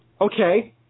Okay